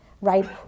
right